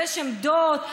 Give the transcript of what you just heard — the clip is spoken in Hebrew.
ויש עמדות,